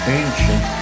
ancient